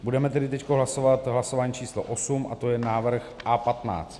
Budeme tedy teď hlasovat v hlasování číslo osm, a to je návrh A15.